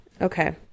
Okay